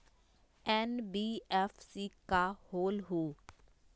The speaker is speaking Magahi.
एन.बी.एफ.सी का होलहु?